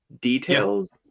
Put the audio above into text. details